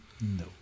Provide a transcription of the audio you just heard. No